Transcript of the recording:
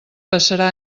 passarà